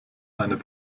eine